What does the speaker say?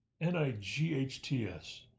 N-I-G-H-T-S